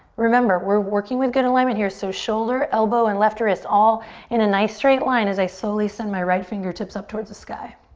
remember we're working with good alignment here so shoulder, elbow and left wrist all in a nice straight line as i slowly send my right fingertips up towards the sky.